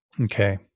Okay